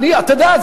אתה יודע?